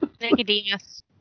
Nicodemus